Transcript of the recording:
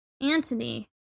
Antony